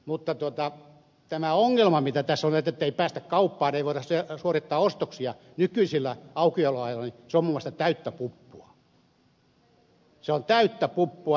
mutta tämä ongelma mikä tässä on että ei päästä kauppaan ei voida suorittaa ostoksia nykyisillä aukioloajoilla on minusta täyttä puppua se on täyttä puppua ed